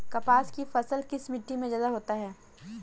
कपास की फसल किस मिट्टी में ज्यादा होता है?